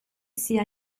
sia